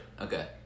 Okay